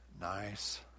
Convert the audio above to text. nice